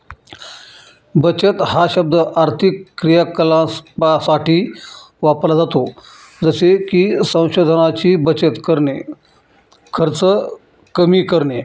बचत हा शब्द आर्थिक क्रियाकलापांसाठी वापरला जातो जसे की संसाधनांची बचत करणे, खर्च कमी करणे